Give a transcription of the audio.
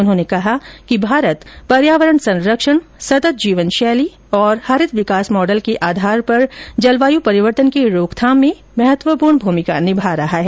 उन्होंने कहा कि भारत पर्यावरण संरक्षण सतत जीवन शैली और हरित विकास मॉडल के आधार पर जलवाय् परिवर्तन की रोकथाम में महत्वपूर्ण भूमिका निभा रहा है